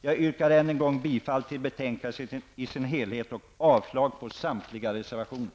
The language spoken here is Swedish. Jag yrkar än en gång bifall till utskottets hemställan i dess helhet och avslag på samtliga reservationer.